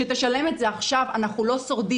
שתשלם את זה המדינה עכשיו, אנחנו לא שורדים.